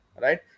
right